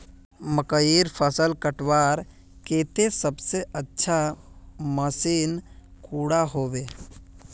मकईर फसल कटवार केते सबसे अच्छा मशीन कुंडा होबे?